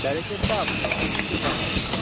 director સાબ રુચિર વાત કરું છું